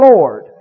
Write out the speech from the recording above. Lord